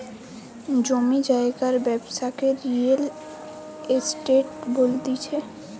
জমি জায়গার ব্যবসাকে রিয়েল এস্টেট বলতিছে